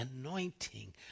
anointing